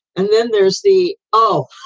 and then there's the. oh,